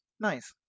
nice